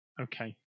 okay